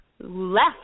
Left